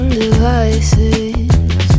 devices